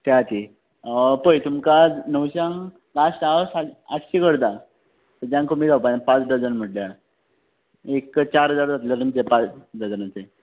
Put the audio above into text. त्याती पळय तुमकां णवशांक लास्ट हांव सा आठशे करता तेच्यान कमी जावपा ना पांच डझन म्हणल्या एक चार हजार जात्ले तुमचे पांच डझनाचे